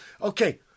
Okay